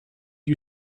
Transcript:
you